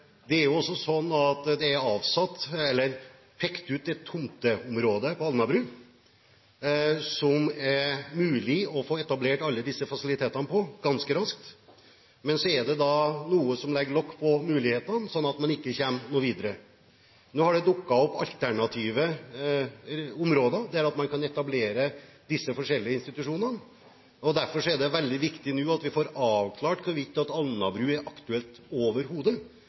det er pekt ut et tomteområde på Alnabru hvor det er mulig å etablere alle disse fasilitetene ganske raskt, men det er noe som legger lokk på mulighetene, slik at man ikke kommer videre. Nå har det dukket opp alternative områder hvor man kan etablere disse forskjellige institusjonene. Derfor er det nå veldig viktig at vi får avklart hvorvidt Alnabru overhodet er aktuelt,